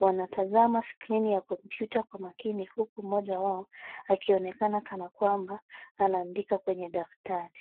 Wanatazama skrini ya kompyuta kwa makini huku mmoja wao akionekana kana kwamba anaandika kwenye daftari.